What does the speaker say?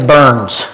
Burns